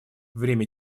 время